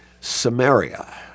Samaria